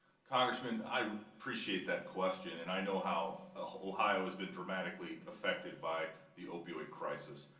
congressman, i appreciate that question and i know how ohio has been dramatically effected by the opioid crisis,